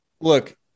look